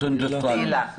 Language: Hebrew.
תהילה פרידמן.